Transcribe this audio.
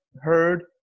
heard